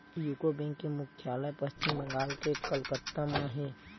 UCO bank के मुख्यालय पस्चिम बंगाल के कलकत्ता म हे